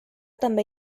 també